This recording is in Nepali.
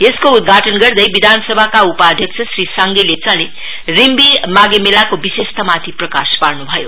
यसको उद्धघाटन गर्दै विधानसभाका उपाध्यक्ष श्री साङ्गे लेप्चाले रिम्बी माघे मेलाको विशेषतामाथि प्रकाश पार्नुभयो